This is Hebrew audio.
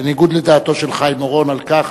בניגוד לדעתו של חיים אורון על כך